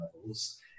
levels